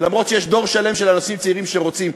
אף שיש דור שלם של אנשים צעירים שרוצים.